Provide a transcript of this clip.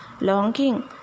longing